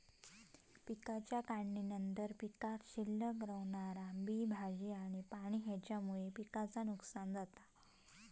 पिकाच्या काढणीनंतर पीकात शिल्लक रवणारा बी, भाजी आणि पाणी हेच्यामुळे पिकाचा नुकसान जाता